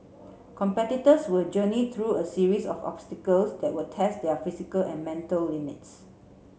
competitors will journey through a series of obstacles that will test their physical and mental limits